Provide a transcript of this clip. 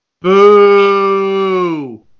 Boo